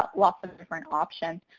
ah lots of different options.